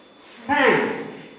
thanks